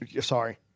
Sorry